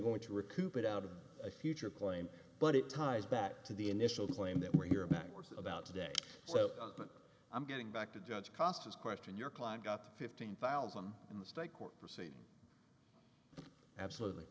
going to recoup it out of a future claim but it ties back to the initial claim that we hear backwards about today so i'm getting back to judge cost is question your client got fifteen thousand in the state court proceeding absolutely